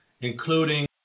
including